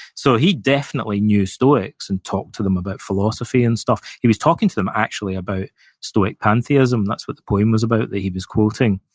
so, he definitely knew stoics and talked to them about philosophy and stuff. he was talking to them, actually, about stoic pantheism, that's what the poem was about that he was quoting.